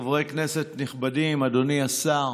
חברי כנסת נכבדים, אדוני השר,